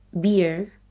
beer